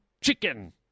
chicken